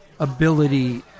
ability